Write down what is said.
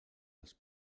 als